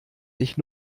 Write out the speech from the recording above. sich